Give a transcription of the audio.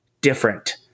different